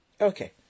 Okay